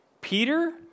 Peter